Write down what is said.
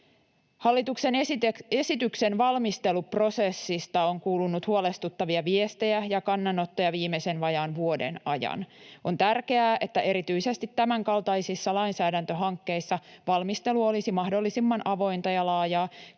Hallituksen esityksen valmisteluprosessista on kuulunut huolestuttavia viestejä ja kannanottoja viimeisen vajaan vuoden ajan. On tärkeää, että erityisesti tämänkaltaisissa lainsäädäntöhankkeissa valmistelu olisi mahdollisimman avointa ja laajaa,